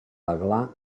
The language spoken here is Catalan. aglà